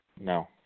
No